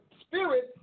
spirit